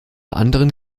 anderen